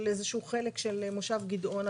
של איזה שהוא חלק של מושב גדעונה,